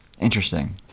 Interesting